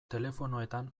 telefonoetan